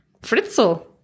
Fritzel